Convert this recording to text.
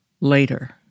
later